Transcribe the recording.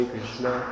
Krishna